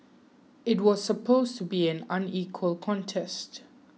it was supposed to be an unequal contest